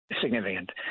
significant